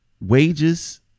Wages